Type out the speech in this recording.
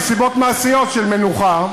מסיבות מעשיות של מנוחה,